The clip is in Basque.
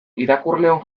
irakurleon